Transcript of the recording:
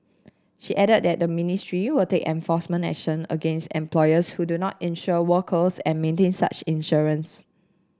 she added that the ministry will take enforcement action against employers who do not insure workers and maintain such insurance